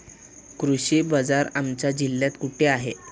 कृषी बाजार आमच्या जिल्ह्यात कुठे आहे?